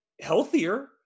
healthier